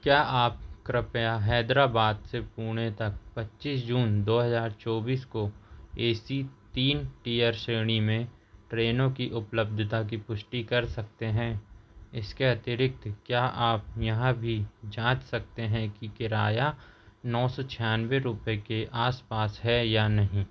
क्या आप कृपया हैदराबाद से पुणे तक पच्चीस जून दो हज़ार चौबीस को ए सी तीन टियर श्रेणी में ट्रेनों की उपलब्धता की पुष्टि कर सकते हैं इसके अतिरिक्त क्या आप यह भी जाँच सकते हैं कि किराया नौ सौ छियानवे के आसपास है या नहीं